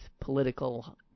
political